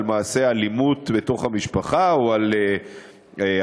מעשי אלימות בתוך המשפחה או על אכיפה,